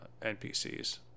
NPCs